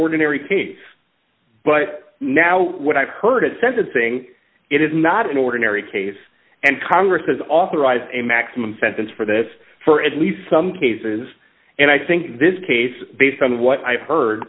ordinary kid but now what i've heard sentencing it is not an ordinary case and congress has authorized a maximum sentence for this for at least some cases and i think this case based on what i've heard